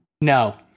No